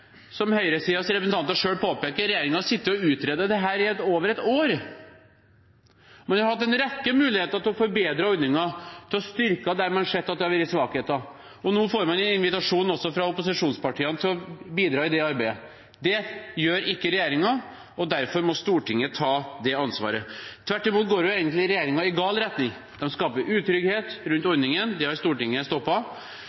Som høyresidens representanter selv påpeker, har regjeringen sittet og utredet dette i over et år. Man har hatt en rekke muligheter til å forbedre ordningen, til å styrke den der man har sett at det har vært svakheter. Nå får man en invitasjon også fra opposisjonspartiene til å bidra i det arbeidet. Det gjør ikke regjeringen, og derfor må Stortinget ta det ansvaret. Tvert imot går regjeringen egentlig i gal retning. Den skaper utrygghet rundt